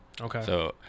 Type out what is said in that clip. Okay